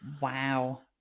wow